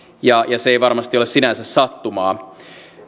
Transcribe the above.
ja se ei varmasti ole sinänsä sattumaa